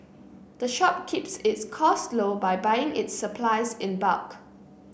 the shop keeps its costs low by buying its supplies in bulk